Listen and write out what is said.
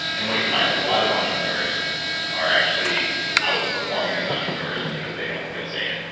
and what you find is a lot of entrepreneurs are actually outperforming as entrepreneurs because they don't feel safe.